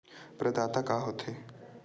प्रदाता का हो थे?